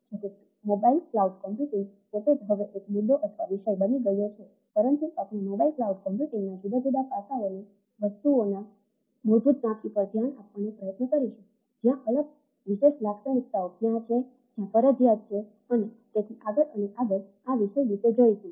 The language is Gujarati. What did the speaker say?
જોકે મોબાઇલ ક્લાઉડ કમ્પ્યુટિંગ પોતે જ હવે એક મુદો અથવા વિષય બની ગયો છે પરંતુ આપણે મોબાઇલ ક્લાઉડ કમ્પ્યુટિંગના જુદા જુદા પાસાઓને વસ્તુઓના મૂળભૂત ઝાંખી પર ધ્યાન આપવાનો પ્રયત્ન કરીશું જ્યાં અલગ વિશેષ લાક્ષણિકતાઓ કયા છે જ્યાં જરૂરિયાત છે અને તેથી આગળ અને આગળ આ વિષય વિશે જણીશું